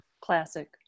classic